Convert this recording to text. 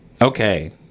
Okay